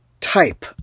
type